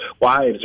wives